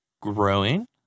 growing